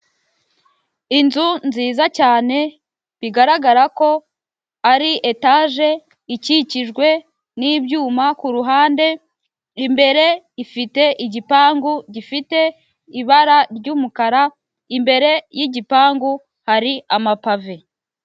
Inzu nziza cyane bigaragara ko ari etaje ikikijwe n'ibyuma kur uhande, imbere ifite igipangu gifite ibara ry'umukara, imbere y'igipangu hari amapave.